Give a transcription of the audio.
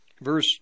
Verse